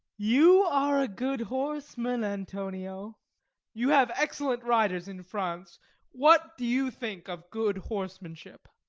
you are a good horseman, antonio you have excellent riders in france what do you think of good horsemanship?